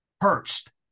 Perched